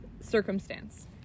circumstance